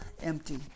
empty